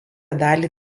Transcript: dalį